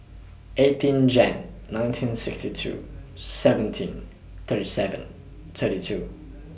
eighteen Jan nineteen sixty two seventeen thirty seven thirty two